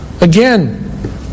Again